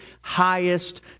highest